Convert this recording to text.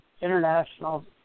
International